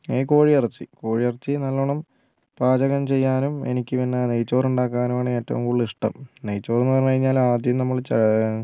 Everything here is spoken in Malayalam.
ഈ കോഴിയിറച്ചി കോഴിയിറച്ചി നല്ലോണം പാചകം ചെയ്യാനും എനിക്കു പിന്നെ നെയ്ച്ചോർ ഉണ്ടാക്കാനും ആണ് ഏറ്റവും കൂടുതൽ ഇഷ്ടം നെയ്ച്ചോർ എന്ന് പറഞ്ഞു കഴിഞ്ഞാൽ ആദ്യം നമ്മൾ